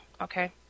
Okay